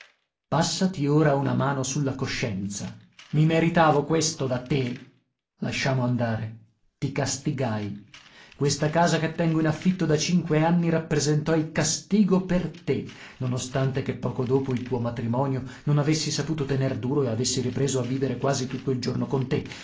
passati ora una mano sulla coscienza mi meritavo questo da te lasciamo andare ti castigai questa casa che tengo in affitto da cinque anni rappresentò il castigo per te non ostante che poco dopo il tuo matrimonio non avessi saputo tener duro e avessi ripreso a vivere quasi tutto il giorno con te